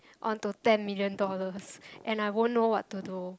onto ten million dollars and I won't know what to do